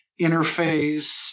Interface